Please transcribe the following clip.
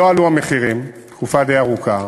לא עלו המחירים, תקופה די ארוכה,